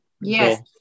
Yes